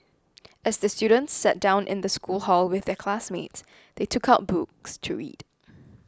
as the students sat down in the school hall with their classmates they took out books to read